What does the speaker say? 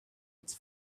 its